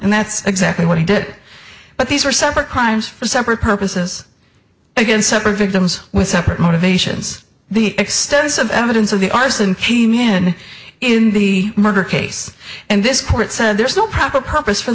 and that's exactly what he did but these are separate crimes separate purposes again separate victims with separate motivations the extensive evidence of the arson came in is in the murder case and this court said there's no proper purpose for